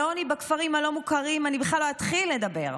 על העוני בכפרים הלא-מוכרים אני בכלל לא אתחיל לדבר.